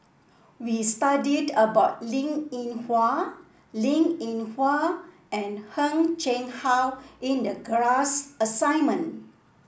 we studied about Linn In Hua Linn In Hua and Heng Chee How in the class assignment